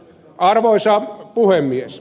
arvoisa puhemies